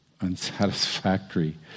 unsatisfactory